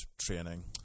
training